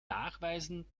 nachweisen